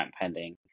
pending